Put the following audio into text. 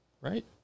right